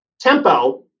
tempo